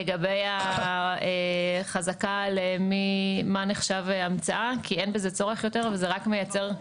לגבי החזקה מה נחשב המצאה כי אין בזה צורך יותר וזה רק מייצר קושי.